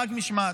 רק משמעת.